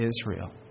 Israel